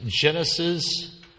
Genesis